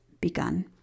begun